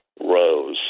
Rose